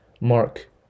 Mark